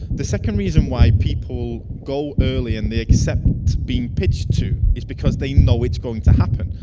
the second reason why people go early in the except being pitched to, is because they know it's going to happen.